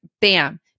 bam